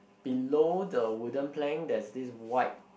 below the wooden plank there's this white